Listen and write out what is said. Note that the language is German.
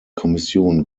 kommission